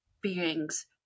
beings